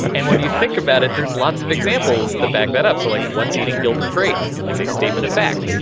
and when you think about it, there's lots of examples that back that up. so like what's eating gilbert grape is a statement of fact